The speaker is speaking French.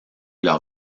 leur